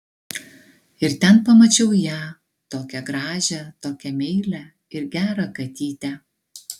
ir ten pamačiau ją tokią gražią tokią meilią ir gerą katytę